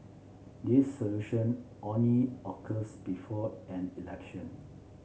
dissolution only occurs before an election